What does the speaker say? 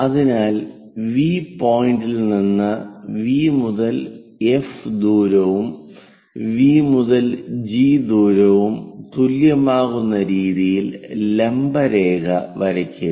അതിനാൽ വി പോയിന്റിൽ നിന്ന് വി മുതൽ എഫ് ദൂരവും വി മുതൽ ജി ദൂരവും തുല്യമാകുന്ന രീതിയിൽ ലംബ രേഖ വരയ്ക്കുക